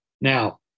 Now